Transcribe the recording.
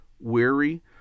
weary